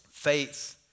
Faith